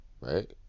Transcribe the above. right